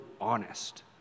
honest